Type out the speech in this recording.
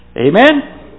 Amen